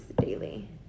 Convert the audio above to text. daily